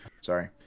Sorry